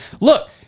Look